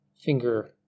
finger